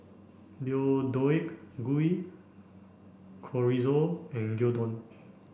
Deodeok Gui Chorizo and Gyudon